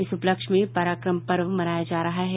इस उपलक्ष्य में पराक्रम पर्व मनाया जा रहा है